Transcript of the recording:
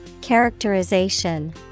Characterization